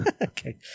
Okay